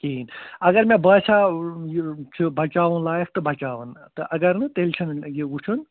کِہیٖنٛۍ اگر مےٚ باسٮ۪و یہِ چھُ بچاوُن لایق تہٕ بچاون تہٕ اگر نہٕ تیٚلہِ چھَنہٕ مےٚ یہِ وُچھُن